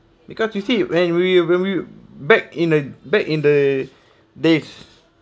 because you see when we when we back in the back in the days